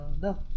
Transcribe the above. no